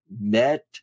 met